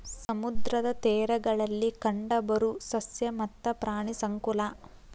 ಸಮುದ್ರದ ತೇರಗಳಲ್ಲಿ ಕಂಡಬರು ಸಸ್ಯ ಮತ್ತ ಪ್ರಾಣಿ ಸಂಕುಲಾ